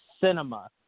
cinema